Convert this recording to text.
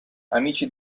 amici